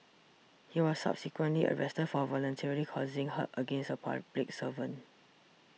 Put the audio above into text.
he was subsequently arrested for voluntarily causing hurt against a public servant